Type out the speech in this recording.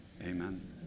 amen